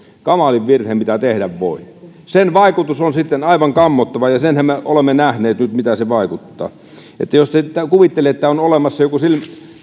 kamalin virhe mitä tehdä voi sen vaikutus on sitten aivan kammottava ja senhän me olemme nähneet nyt miten se vaikuttaa jos te kuvittelette että on olemassa